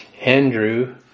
Andrew